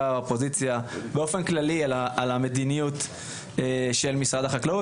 האופוזיציה באופן כללי על המדיניות של משרד החקלאות.